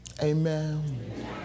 amen